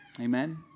Amen